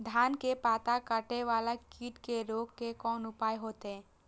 धान के पत्ता कटे वाला कीट के रोक के कोन उपाय होते?